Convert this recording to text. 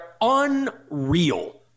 Unreal